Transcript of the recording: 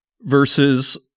versus